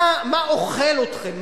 מה אוכל אתכם?